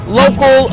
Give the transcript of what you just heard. local